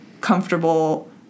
comfortable